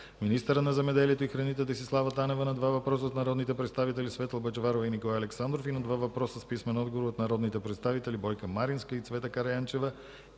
министърът на земеделието и храните Десислава Танева – на два въпроса от народните представители Светла Бъчварова, и Николай Александров, и на два въпроса с писмен отговор от народните представители Бойка Маринска, и Цвета Караянчева